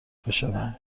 بشوند